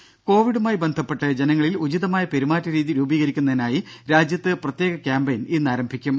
ദേദ കോവിഡുമായി ബന്ധപ്പെട്ട് ജനങ്ങളിൽ ഉചിതമായ പെരുമാറ്റരീതി രൂപീകരിക്കുന്നതിനായി രാജ്യത്ത് പ്രത്യേക കാമ്പയിൻ ഇന്ന് ആരംഭിക്കും